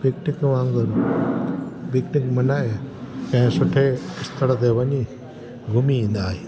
picnic वांगुरु picnic मल्हाइण कंहिं सुठे स्थर ते वञी घुमी ईंदा आहियूं